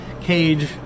cage